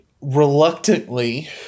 reluctantly